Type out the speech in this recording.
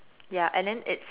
ya and then its